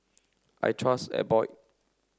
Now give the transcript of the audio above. I trust Abbott